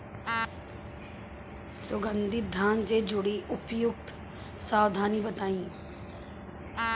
सुगंधित धान से जुड़ी उपयुक्त सावधानी बताई?